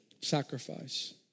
sacrifice